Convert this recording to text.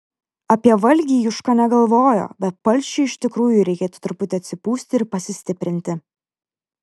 apie valgį juška negalvojo bet palšiui iš tikrųjų reikėtų truputį atsipūsti ir pasistiprinti